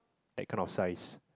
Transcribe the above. that kind of size